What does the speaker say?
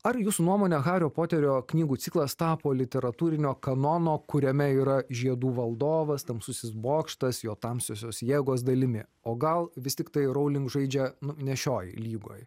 ar jūsų nuomone hario poterio knygų ciklas tapo literatūrinio kanono kuriame yra žiedų valdovas tamsusis bokštas jo tamsiosios jėgos dalimi o gal vis tiktai rowling žaidžia nu ne šioj lygoj